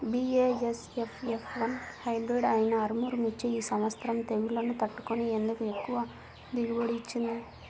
BASF F one hybrid అయినా Armour మిర్చి ఈ సంవత్సరం తెగుళ్లును తట్టుకొని ఎందుకు ఎక్కువ దిగుబడి ఇచ్చింది?